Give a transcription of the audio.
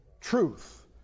truth